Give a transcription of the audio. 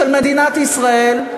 של מדינת ישראל,